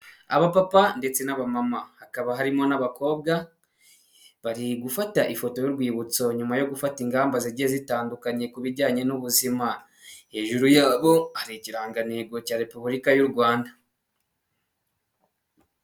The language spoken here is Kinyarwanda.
Abapapa ndetse n'abamama hakaba harimo n'abakobwa bari gufata ifoto y'urwibutso nyuma yo gufata ingamba zigiye zitandukanye ku bijyanye n'ubuzima ,hejuru hari ikirangantego cya repubulika yu Rwanda.